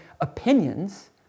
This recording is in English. opinions